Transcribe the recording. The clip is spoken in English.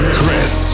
Chris